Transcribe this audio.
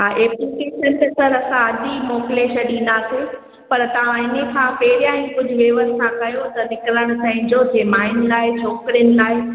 हा एप्लीकेशन त सर असां अॼु ई मोकिले छॾींदासीं पर तव्हां इन खां पहिरियां ई कुझु व्यवस्था कयो त निकिरण सहंजो थिए माइन लाइ छोकिरिन लाइ